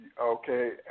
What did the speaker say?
okay